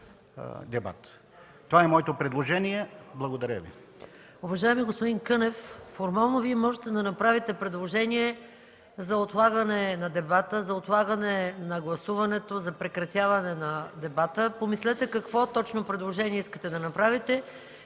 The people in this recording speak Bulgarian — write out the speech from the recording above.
дебат. Това е моето предложение. Благодаря Ви.